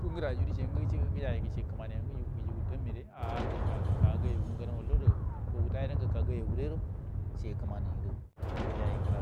Fungərə ayrə dəciey ngwə, gujugu tammira, ah gəka gayagu ray, fuagu tahir ngwə gəka gawaguray guro cegə kəmani gərə ngwə gəjay ngəra